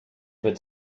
für